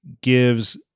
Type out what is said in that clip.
gives